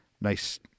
nice